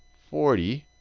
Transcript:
forty,